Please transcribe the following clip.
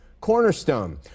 cornerstone